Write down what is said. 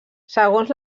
segons